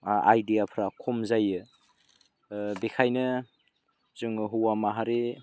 आइडियाफ्रा खम जायो बेखायनो जोङो हौवा माहारि